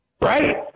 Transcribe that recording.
Right